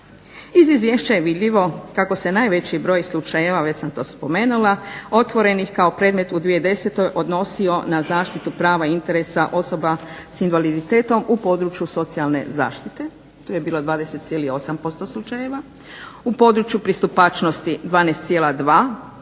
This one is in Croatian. Iz izvješća je vidljivo kako se najveći broj slučajeva već sam to spomenula, otvoreni kao predmet u 2010. odnosi na zaštitu prava interesa osoba s invaliditetom u području socijalne zaštite tu je bilo 20,8% slučajeva, u području pristupačnosti 12,2